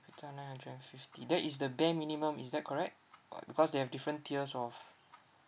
capita nine hundred and fifty that is the bare minimum is that correct uh because they have different tiers of